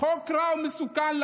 "חוק רע ומסוכן.